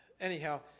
anyhow